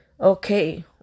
okay